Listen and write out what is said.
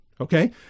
Okay